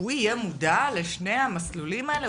הוא יהיה מודע לשני המסלולים האלה?